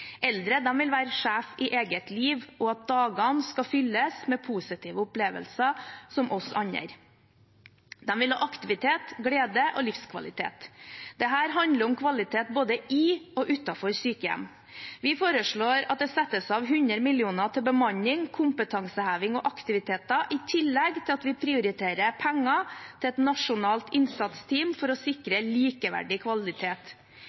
Eldre vil være sjef i eget liv og at dagene skal fylles med positive opplevelser, som oss andre. De vil ha aktivitet, glede og livskvalitet. Dette handler om kvalitet både i og utenfor sykehjem. Vi foreslår at det settes av 100 mill. kr til bemanning, kompetanseheving og aktiviteter i tillegg til at vi prioriterer penger til et nasjonalt innsatsteam for å sikre likeverdig kvalitet.